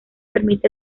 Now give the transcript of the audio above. permite